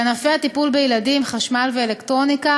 בענפי הטיפול בילדים, חשמל ואלקטרוניקה,